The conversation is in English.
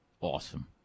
awesome